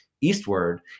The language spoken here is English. eastward